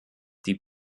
die